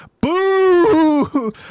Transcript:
Boo